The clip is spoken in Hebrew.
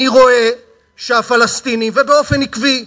אני רואה שהפלסטינים, ובאופן עקבי.